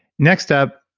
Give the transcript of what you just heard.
next up,